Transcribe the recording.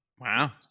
Wow